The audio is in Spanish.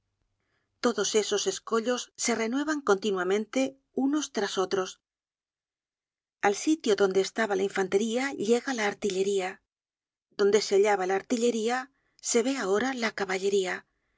todos esos escollos se renuevan continuamente unos tras otros al sitio donde estaba la infantería llega la artillería donde se hallaba la artillería se ve ahora la caballería